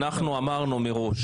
אמרנו מראש